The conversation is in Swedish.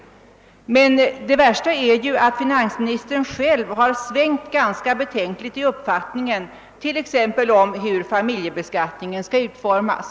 Men det värsta är att finansministern själv har svängt ganska betänkligt i' uppfattning, t.ex. om hur familjebeskattningen skall utformas.